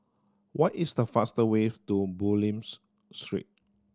what is the fast ways to Bulim Street